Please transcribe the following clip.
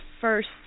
first